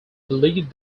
believed